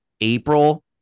April